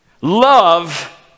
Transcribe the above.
love